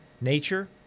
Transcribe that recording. nature